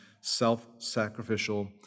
self-sacrificial